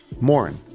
Morin